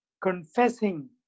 confessing